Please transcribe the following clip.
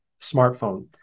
smartphone